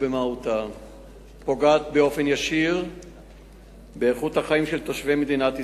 ובמהותה פוגעת באופן ישיר באיכות החיים של תושבי מדינת ישראל.